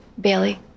Bailey